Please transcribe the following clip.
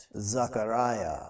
Zachariah